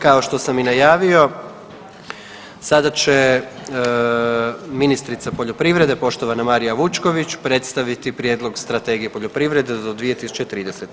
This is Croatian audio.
Kao što sam i najavio sada će ministrica poljoprivrede poštovana Marija Vučković predstaviti Prijedlog Strategije poljoprivrede do 20230.